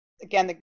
again